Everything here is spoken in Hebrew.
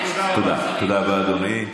אתה מאשים אותנו, תודה רבה, אדוני.